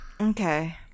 okay